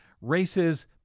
races